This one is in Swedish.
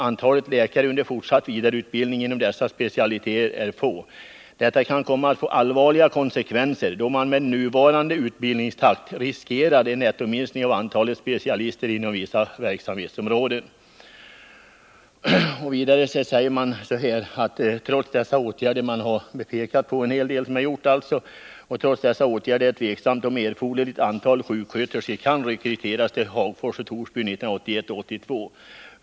Antalet läkare under fortsatt vidareutbildning inom dessa specialiteter är få. Detta kan komma att få allvarliga konsekvenser då man med nuvarande utbildningstakt riskerar en nettominskning av antalet specialister inom dessa verksamhetsområden.” Beträffande sjuksköterskor skriver man: ”Trots dessa åtgärder” — man har då pekat på en hel del som gjorts — ”är det tveksamt om erforderligt antal sjuksköterskor kan rekryteras till Hagfors och Torsby 1981 och 1982.